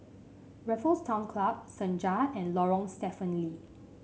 Raffles Town Club Senja and Lorong Stephen Lee